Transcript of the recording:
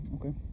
Okay